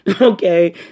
okay